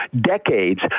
decades